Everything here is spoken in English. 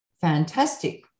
fantastic